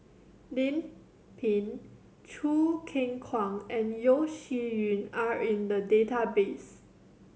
Lim Pin Choo Keng Kwang and Yeo Shih Yun are in the database